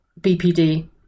BPD